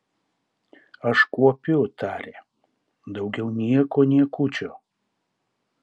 aš kuopiu tarė daugiau nieko niekučio